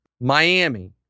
Miami